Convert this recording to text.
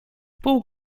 pół